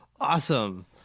Awesome